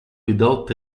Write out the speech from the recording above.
without